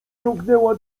ciągnęła